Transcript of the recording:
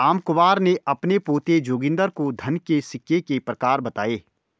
रामकुमार ने अपने पोते जोगिंदर को धन के सिक्के के प्रकार बताएं